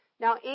Now